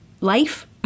life